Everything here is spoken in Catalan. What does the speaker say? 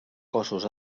cossos